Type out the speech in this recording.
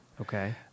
Okay